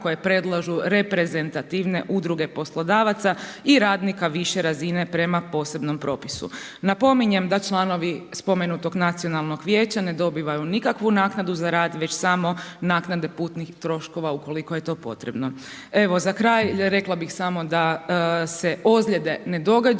koji predlažu reprezentativne udruge poslodavaca i radnik više razine prema posebnom propisu. Napominjem da članovi spomenutog nacionalnog vijeća ne dobivaju nikakvu naknadu za rad već samo naknade putnih troškova ukoliko je to potrebno. Evo za kraj, rekla bi samo da se ozljede ne događaju,